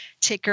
ticker